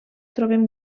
trobem